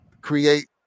create